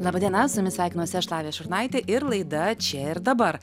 laba diena su jumis sveikinuosi aš lavija šurnaitė ir laida čia ir dabar